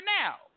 now